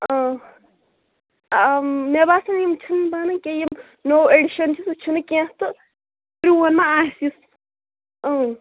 اۭں مےٚ باسان یِم چھِنہِ بَنَن کیٚنٛہہ یِم نو ایٚڈِشن چھُ سُہ چھُنہٕ کیٚنٛہہ تہٕ پروٗن ما آسہِ اۭں